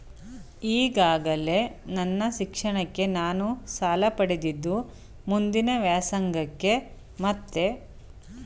ಈಗಾಗಲೇ ನನ್ನ ಶಿಕ್ಷಣಕ್ಕೆ ನಾನು ಸಾಲ ಪಡೆದಿದ್ದು ಮುಂದಿನ ವ್ಯಾಸಂಗಕ್ಕೆ ಮತ್ತೆ ಸಾಲ ಪಡೆಯಬಹುದೇ?